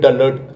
Alert